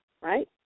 right